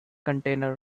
container